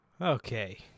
Okay